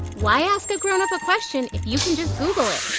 why ask a grownup a question if you can just google it,